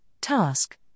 task